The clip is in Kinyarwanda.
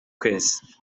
kwezi